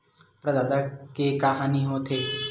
प्रदाता के का हानि हो थे?